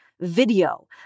video